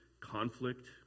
conflict